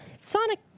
Sonic